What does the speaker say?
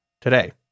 today